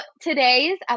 today's